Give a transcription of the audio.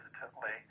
hesitantly